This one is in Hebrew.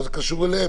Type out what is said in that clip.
מה זה קשור אליהם?